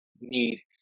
need